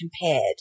compared